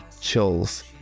chills